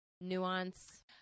nuance